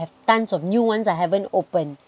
have tons of new ones I haven't open